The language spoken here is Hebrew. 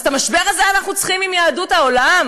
אז את המשבר הזה אנחנו צריכים, עם יהדות העולם?